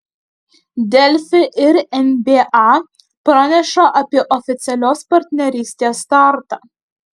delfi ir nba praneša apie oficialios partnerystės startą